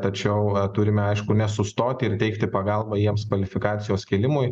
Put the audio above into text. tačiau turime aišku nesustoti ir teikti pagalbą jiems kvalifikacijos kėlimui